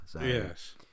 Yes